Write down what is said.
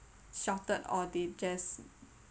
shouted or they just